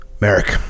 Merrick